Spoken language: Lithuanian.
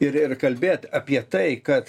ir ir kalbėt apie tai kad